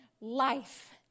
Life